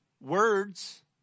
words